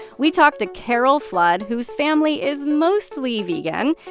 we talked to carol flood whose family is mostly vegan,